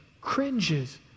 cringes